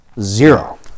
Zero